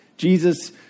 Jesus